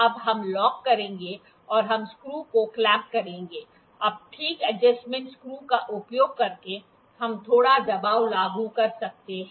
अब हम लॉक करेंगे और हम स्क्रू को क्लैंप करेंगे अब ठीक एडजस्टमेंट स्क्रू का उपयोग करके हम थोड़ा दबाव लागू कर सकते हैं